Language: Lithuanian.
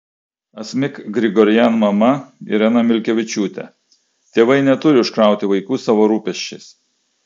asmik grigorian mama irena milkevičiūtė tėvai neturi užkrauti vaikų savo rūpesčiais